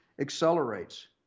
accelerates